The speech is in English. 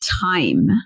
time